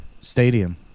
stadium